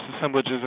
assemblages